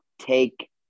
take